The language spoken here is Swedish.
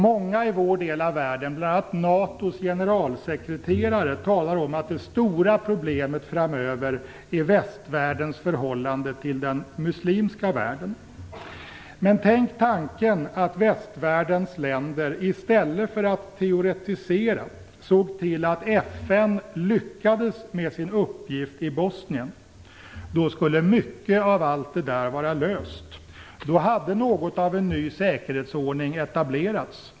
Många i vår del av världen, bl.a. NATO:s generalsekreterare, talar om att det stora problemet framöver är västvärldens förhållande till den muslimska världen. Men tänk tanken att västvärldens länder i stället för att teoretisera, såg till att FN lyckades med sin uppgift i Bosnien. Då skulle många av dessa problem vara lösta. Då hade något av en ny säkerhetsordning etablerats.